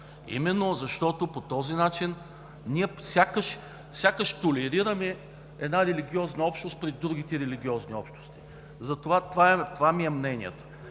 именно защото по този начин ние сякаш толерираме една религиозна общност пред другите религиозни общности. Това е мнението